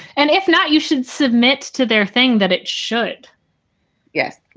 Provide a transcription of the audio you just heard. and if not, you should submit to their thing that it should yes.